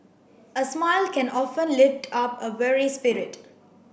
a smile can often lift up a weary spirit